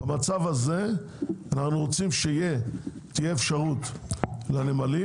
במצב הזה אנחנו רוצים שתהיה אפשרות לנמלים